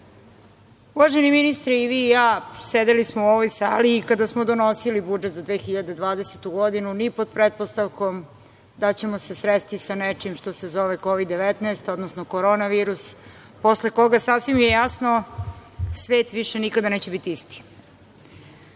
ministre, i vi i ja sedeli smo u ovoj sali i kada smo donosili budžet za 2020. godinu, ni pod pretpostavkom da ćemo se sresti sa nečim što se zove „Kovid 19“, odnosno korona virus, posle koga, sasvim je jasno, svet više nikada neće biti isti. Kako